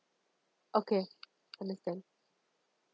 okay understand